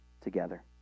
together